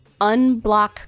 unblock